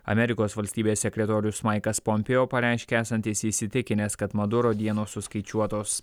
amerikos valstybės sekretorius maikas pompėo pareiškė esantis įsitikinęs kad maduro dienos suskaičiuotos